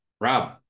rob